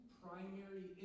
primary